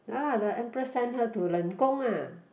ya lah the emperor send her to Leng Gong ah